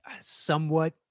somewhat